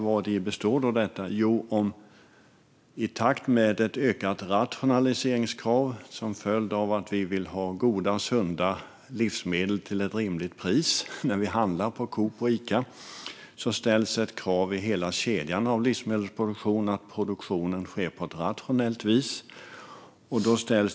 Jo, i takt med ökade rationaliseringskrav, som följer av att vi vill ha goda och sunda livsmedel till ett rimligt pris när vi handlar på Coop och Ica, ställs i hela livsmedelsproduktionskedjan ett krav på att produktionen ska ske på ett rationellt vis.